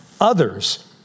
others